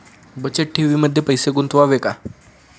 बचत ठेवीमध्ये पैसे गुंतवावे का?